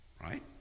Right